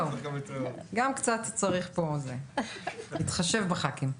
בואו, גם קצת צריך פה להתחשב בח"כים.